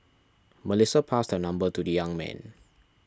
Melissa passed her number to the young man